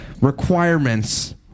requirements